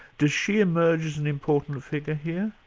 does she emerge as an important figure here?